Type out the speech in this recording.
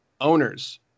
owners